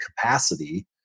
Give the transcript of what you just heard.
capacity